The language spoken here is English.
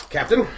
Captain